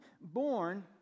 born